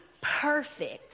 perfect